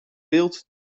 wild